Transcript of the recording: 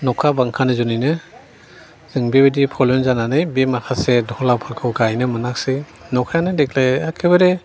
नखा बांखानि जुनैनो जों बिबायदि प्रब्लेम जानानै बे माखासे दहलाफोरखौ गायनो मोनाखिसै नखायानो देग्लाय एखेबारे